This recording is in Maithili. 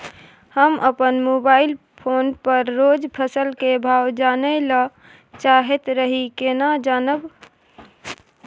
हम अपन मोबाइल फोन पर रोज फसल के भाव जानय ल चाहैत रही केना जानब?